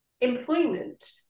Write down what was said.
employment